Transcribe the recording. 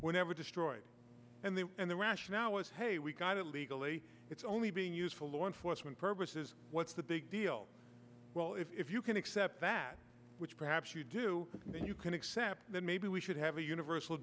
were never destroyed and the and the rationale was hey we got it legally it's only being used for law enforcement purposes what's the big deal well if you can accept that which perhaps you do then you can accept that maybe we should have a universal